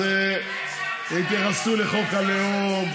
התייחסו לחוק הלאום,